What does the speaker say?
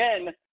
Again